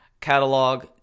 catalog